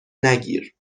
نگیر